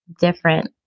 different